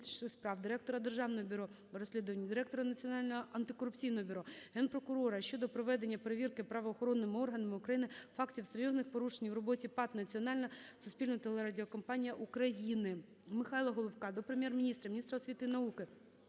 директора Державного бюро розслідувань, директора Національного антикорупційного бюро, Генерального прокурора щодо проведення перевірки правоохоронними органами України фактів серйозних порушень в роботі ПАТ "Національна суспільна телерадіокомпанія України". Михайла Головка до Прем'єр-міністра, міністра освіти і науки,